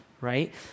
right